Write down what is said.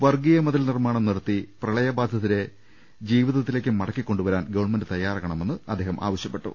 വർഗീയ മതിൽ നിർമാണം നിർത്തി പ്രളയബാധിതരെ ജീവിത ത്തിലേക്ക് മടക്കി കൊണ്ടുവരാൻ ഗവൺമെന്റ് തയ്യാറാകണമെന്ന് അദ്ദേഹം ആവശ്യപ്പെട്ടു